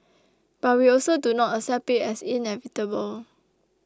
but we also do not accept it as inevitable